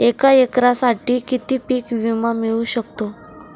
एका एकरसाठी किती पीक विमा मिळू शकतो?